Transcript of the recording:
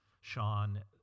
Sean